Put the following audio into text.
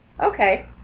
Okay